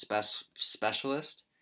specialist